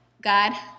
God